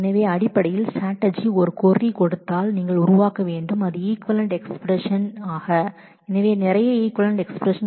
எனவே அடிப்படையில் ஸ்ட்ராட்டஜி கொடுக்கப்பட்ட ஒரு கொரியை மாற்றி அமைக்கும் இது நிறைய ஈக்விவலெண்ட் எக்ஸ்பிரஸன்களை மாற்றி அமைக்கும் எனவே நிறைய ஈக்விவலெண்ட் எக்ஸ்பிரஸன்